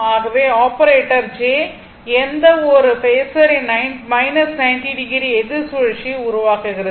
ஆகவே operator j எந்த ஒரு பேஸரின் 90 o எதிர் சுழற்சியை உருவாக்குகிறது